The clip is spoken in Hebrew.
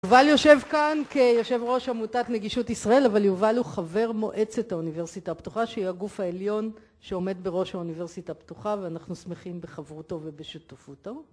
יובל יושב כאן כיושב ראש עמותת נגישות ישראל אבל יובל הוא חבר מועצת האוניברסיטה הפתוחה שהיא הגוף העליון שעומד בראש האוניברסיטה הפתוחה ואנחנו שמחים בחברותו ובשותפותו